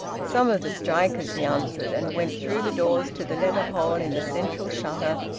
some of the strikers, he answered, and went through the doors to the letter-hole in the central shutter,